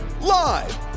Live